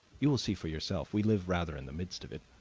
you will see for yourself we live rather in the midst of it.